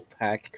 Wolfpack